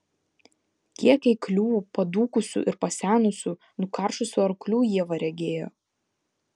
kiek eiklių padūkusių ir pasenusių nukaršusių arklių ieva regėjo